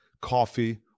coffee